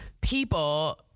people